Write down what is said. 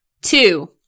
Two